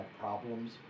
problems